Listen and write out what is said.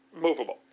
movable